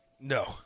No